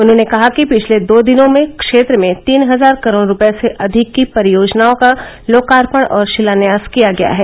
उन्होंने कहा कि पिछले दो दिनों में क्षेत्र में तीन हजार करोड़ रूपये से अधिक की परियोजनाओं का लोकार्पण और शिलान्यास किया गया है